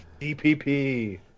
dpp